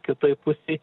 kitoj pusėj